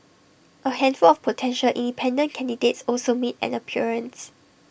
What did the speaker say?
A handful of potential independent candidates also made an appearance